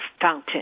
fountain